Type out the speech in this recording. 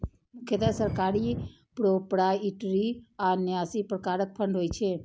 मुख्यतः सरकारी, प्रोपराइटरी आ न्यासी प्रकारक फंड होइ छै